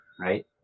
right